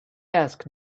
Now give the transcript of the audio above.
asked